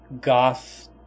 goth